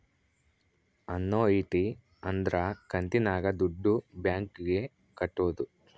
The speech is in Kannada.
ಅನ್ನೂಯಿಟಿ ಅಂದ್ರ ಕಂತಿನಾಗ ದುಡ್ಡು ಬ್ಯಾಂಕ್ ಗೆ ಕಟ್ಟೋದು